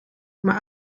maar